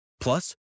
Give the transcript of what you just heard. Plus